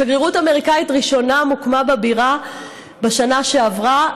שגרירות אמריקנית ראשונה מוקמה בבירה בשנה שעברה,